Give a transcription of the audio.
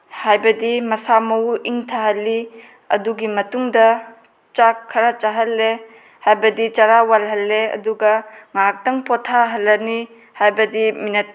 ꯍꯥꯏꯕꯗꯤ ꯃꯁꯥ ꯃꯎ ꯏꯪꯊꯍꯜꯂꯤ ꯑꯗꯨꯒꯤ ꯃꯇꯨꯡꯗ ꯆꯥꯛ ꯈꯔ ꯆꯥꯍꯜꯂꯦ ꯍꯥꯏꯕꯗꯤ ꯆꯔꯥ ꯋꯥꯜꯍꯜꯂꯦ ꯑꯗꯨꯒ ꯉꯥꯏꯍꯥꯛꯇꯪ ꯄꯣꯊꯥꯍꯜꯂꯅꯤ ꯍꯥꯏꯕꯗꯤ ꯃꯤꯅꯠ